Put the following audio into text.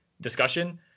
discussion